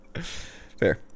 Fair